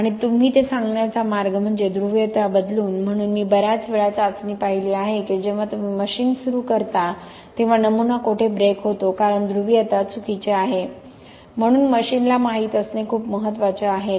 आणि तुम्ही ते सांगण्याचा मार्ग म्हणजे ध्रुवीयता बदलून म्हणून मी बर्याच वेळा चाचणी पाहिली आहे की जेव्हा तुम्ही मशीन सुरू करता तेव्हा नमुना कुठे ब्रेक होतो कारण ध्रुवीयता चुकीची आहे म्हणून मशीनला माहित असणे खूप महत्वाचे आहे